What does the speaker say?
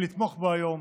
לתמוך בו היום,